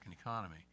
economy